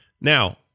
Now